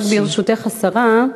רק ברשותך, השרה,